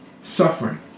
suffering